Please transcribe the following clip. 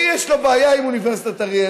מי יש לו בעיה עם אוניברסיטת אריאל?